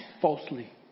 falsely